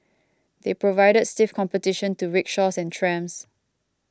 they provided stiff competition to rickshaws and trams